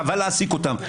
חבל להעסיק אותם.